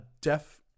deaf